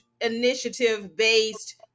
initiative-based